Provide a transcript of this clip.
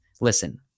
Listen